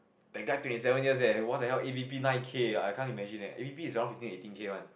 that guy twenty seven years eh what the hell A_D_P nine K I can't imagine that A_D_P is not fifteen eighteen K one